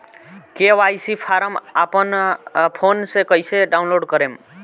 KYC form अपना phone मे कइसे डाऊनलोड करेम?